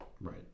Right